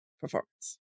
performance